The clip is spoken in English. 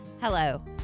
Hello